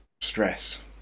stress